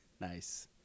Nice